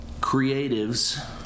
creatives